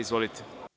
Izvolite.